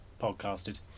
podcasted